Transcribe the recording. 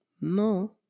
No